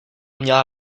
měla